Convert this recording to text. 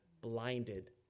blinded